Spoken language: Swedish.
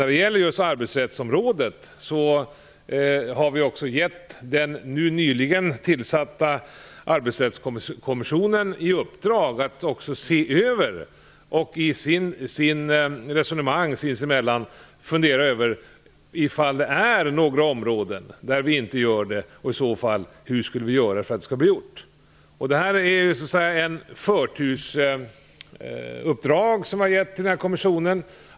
När det gäller arbetsrättsområdet har vi gett den nyligen tillsatta Arbetsrättskommissionen i uppdrag att se över och i sina diskussioner fundera över om det finns några områden där vi inte lever upp till EU:s regelverk och hur vi i så fall skall göra för att klara av det. Det här är ett förtursuppdrag till kommissionen.